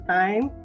time